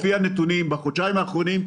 לפי הנתונים התייצבנו